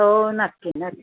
हो नक्की नक्की